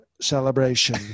Celebration